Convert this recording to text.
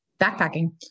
backpacking